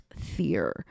fear